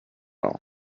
all